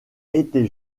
été